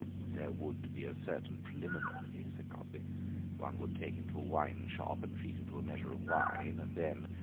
there would be a certain preliminary, said crosby one would take him to a wine-shop and treat him to a measure of wine, and then,